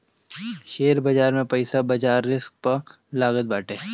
share बाजार में पईसा बाजार रिस्क पअ लागत बाटे